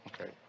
Okay